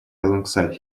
alongside